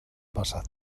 passat